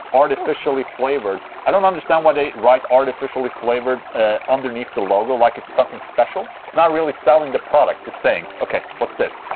artificially flavored i don't understand why they write artificially flavored underneath the logo like it's something special it's not really selling the product, just saying ok, what's this?